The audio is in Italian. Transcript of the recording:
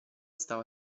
stava